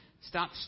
Stop